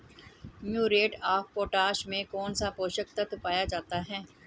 Muriate of potash में कौन सा पोषक तत्व पाया जाता है?